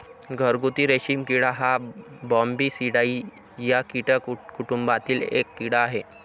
घरगुती रेशीम किडा हा बॉम्बीसिडाई या कीटक कुटुंबातील एक कीड़ा आहे